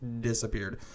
disappeared